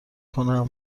کنم